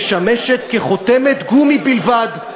"משמשת חותמת גומי" בלבד,